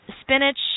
Spinach